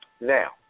Now